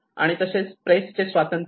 आणि तसेच प्रेस चे स्वातंत्र्य